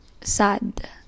sad